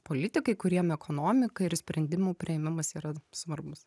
politikai kuriem ekonomika ir sprendimų priėmimas yra svarbus